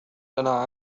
لنا